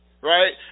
right